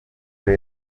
kuri